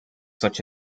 such